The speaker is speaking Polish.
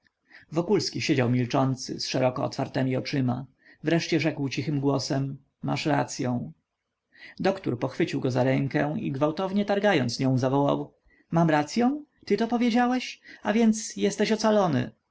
wokulski siedział milczący z szeroko otwartemi oczyma wreszcie rzekł cichym głosem masz racyą doktór pochwycił go za rękę i gwałtownie targając nią zawołał mam racyą ty to powiedziałeś a więc jesteś ocalony